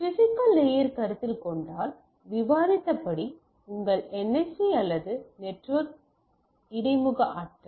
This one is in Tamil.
பிசிக்கல் லேயர் கருத்தில் கொண்டால் விவாதித்தபடி உங்கள் NIC அல்லது நெட்வொர்க் இடைமுக அட்டை